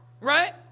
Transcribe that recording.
right